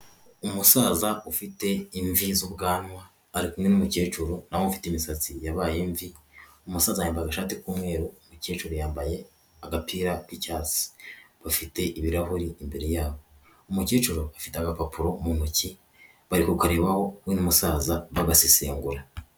Umusaza ufite imvi z'ubwanwa ari kumwe n'umukecuru nawe ufite imisatsi yabaye imvi. Umusaza yambaye agashati k'umweru, umukecuru yambaye agapira k'icyatsi, bafite ibirahuri imbere yabo. Umukecuru ufite agapapuro mu ntoki bari kukarebaho we n'umusaza bagasesengura.